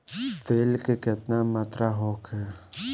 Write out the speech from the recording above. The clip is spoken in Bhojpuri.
तेल के केतना मात्रा होखे?